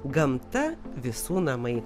gamta visų namai